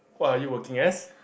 what are you working as